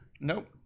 Nope